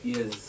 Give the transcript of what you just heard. Yes